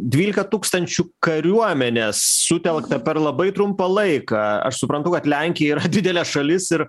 dvylika tūkstančių kariuomenės sutelkta per labai trumpą laiką aš suprantu kad lenkija yra didelė šalis ir